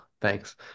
thanks